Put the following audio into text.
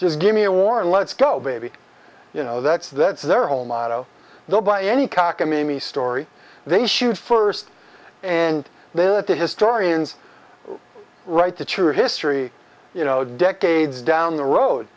just give me a war let's go baby you know that's that's their whole motto though by any cock and me me story they shoot first and then at the historians write the true history you know decades down the road